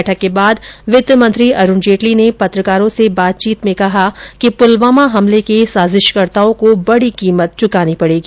बैठक के बाद वित्त मंत्री अरूण जेटली ने पत्रकारों से बातचीत में कहा कि प्लवामा हमले के साजिशकर्ताओं को बड़ी कीमत चुकानी पडेगी